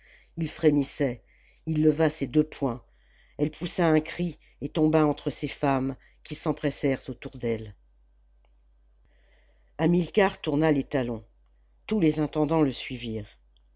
il frémissait il leva ses deux poings elle poussa un cri et tomba entre ses femmes qui s'empressèrent autour d'elle hamilcar tourna les talons tous les intendants le suivirent